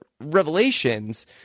revelations